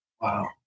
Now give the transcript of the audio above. Wow